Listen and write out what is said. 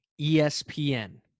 ESPN